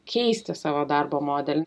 keisti savo darbo modelį